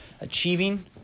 achieving